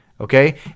okay